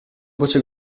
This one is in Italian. voce